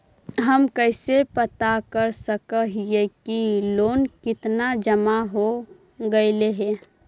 हम कैसे पता कर सक हिय की लोन कितना जमा हो गइले हैं?